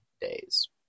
days